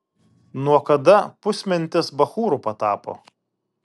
nuo kada pusmentis bachūru patapo